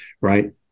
Right